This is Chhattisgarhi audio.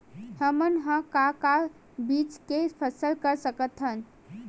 हमन ह का का बीज के फसल कर सकत हन?